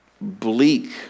bleak